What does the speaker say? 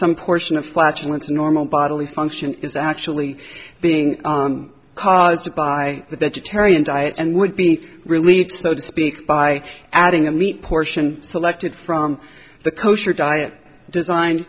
some portion of flatulence normal bodily function is actually being caused by the tarion diet and would be relieved so to speak by adding a meat portion selected from the kosher diet designed